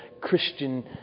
Christian